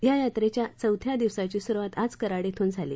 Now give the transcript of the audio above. या यात्रेच्या चौथ्या दिवसाची सुरुवात आज कराड श्रेन झाली